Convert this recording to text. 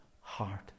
heart